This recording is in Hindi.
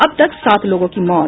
अब तक सात लोगों की मौत